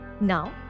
Now